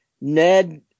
Ned